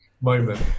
moment